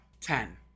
Ten